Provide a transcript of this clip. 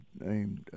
named